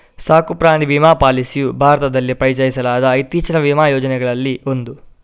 ಸಾಕು ಪ್ರಾಣಿ ವಿಮಾ ಪಾಲಿಸಿಯು ಭಾರತದಲ್ಲಿ ಪರಿಚಯಿಸಲಾದ ಇತ್ತೀಚಿನ ವಿಮಾ ಯೋಜನೆಗಳಲ್ಲಿ ಒಂದು